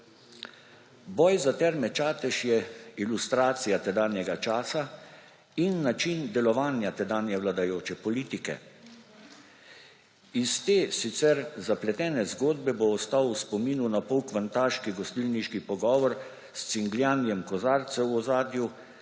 Boj za Terme Čatež je ilustracija tedanjega časa in način delovanja tedanje vladajoče politike. Iz te, sicer zapletene zgodbe bo ostal v spominu napol kvantaški gostilniški pogovor s cingljanjem kozarcev v ozadju,